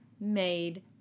made